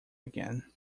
again